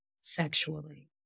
sexually